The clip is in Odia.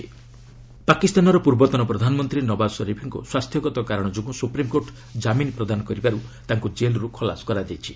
ନଓ୍ୱାକ ବେଲ୍ ପାକିସ୍ତାନର ପୂର୍ବତନ ପ୍ରଧାନମନ୍ତ୍ରୀ ନୱାଜ ସରିଫ୍ଙ୍କୁ ସ୍ୱାସ୍ଥ୍ୟଗତ କାରଣ ଯୋଗୁଁ ସୁପ୍ରିମକୋର୍ଟ କାମିନ ପ୍ରଦାନ କରିବାରୁ ତାଙ୍କୁ ଜେଲ୍ରୁ ଖଲାସ କରାଯାଇଛି